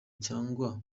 cyangwa